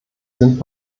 sind